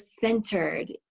centered